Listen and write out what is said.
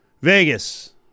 Vegas